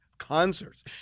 Concerts